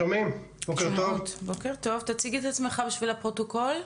תציג את עצמך בשביל הפרוטוקול.